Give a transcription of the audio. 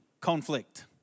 conflict